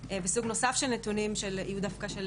וסוג נוסף של נתונים יהיו דווקא של